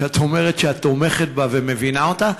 שאת אומרת שאת תומכת ומבינה את זה.